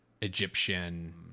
Egyptian